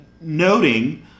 noting